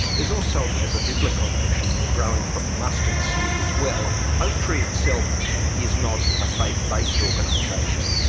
there's also a bit of a biblical notion there growing from the mustard seed as well. oaktree itself is not a faith-based organisation.